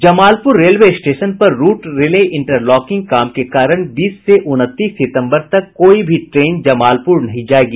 Jamalpur railway station पर route relay interlocking काम के कारण बीस से उनतीस सितम्बर तक कोई भी ट्रेन जमालपुर नहीं जायेगी